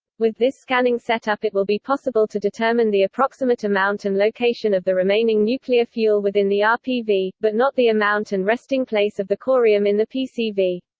with this scanning setup it will be possible to determine the approximate amount and location of the remaining nuclear fuel within the rpv, but not the amount and resting place of the corium in the pcv.